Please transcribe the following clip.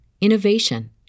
innovation